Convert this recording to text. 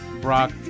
Brock